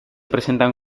presentan